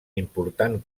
important